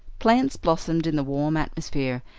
plants blossomed in the warm atmosphere,